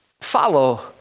Follow